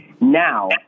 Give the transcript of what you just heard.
Now